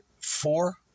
four